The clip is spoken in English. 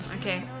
okay